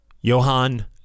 Johan